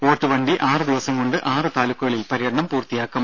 വോട്ടുവണ്ടി ആറ് ദിവസം കൊണ്ട് ആറ് താലൂക്കുകളിൽ പര്യടനം പൂർത്തിയാക്കും